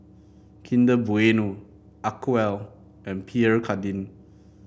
Kinder Bueno Acwell and Pierre Cardin